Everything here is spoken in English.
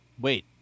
Wait